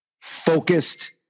focused